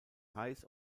heiß